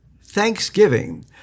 thanksgiving